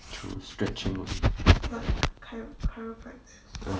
through stretching uh ah